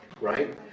right